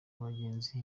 abagenzi